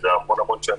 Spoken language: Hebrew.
אותם קשיים